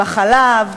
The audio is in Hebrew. בחלב,